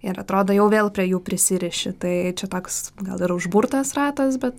ir atrodo jau vėl prie jų prisiriši tai čia toks gal ir užburtas ratas bet